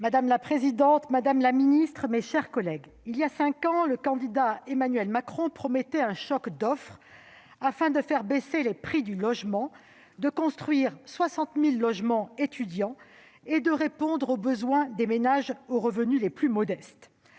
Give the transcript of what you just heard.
Madame la présidente, madame la ministre, mes chers collègues, il y a cinq ans, le candidat Emmanuel Macron promettait un choc d'offre afin de faire baisser les prix du logement. Il promettait également de construire 60 000 logements étudiants et de répondre aux besoins des ménages aux revenus les plus modestes.